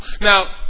Now